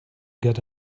get